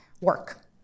work